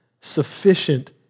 sufficient